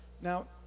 now